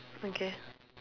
okay